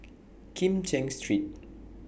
Kim Cheng Street